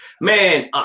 man